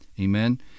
Amen